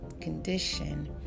condition